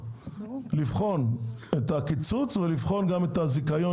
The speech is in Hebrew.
לבחון את הקיצוץ ולבחון גם את הזיכיון,